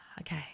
Okay